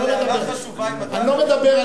אני לא מדבר,